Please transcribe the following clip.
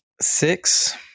Six